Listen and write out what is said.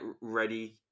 ready